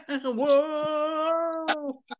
whoa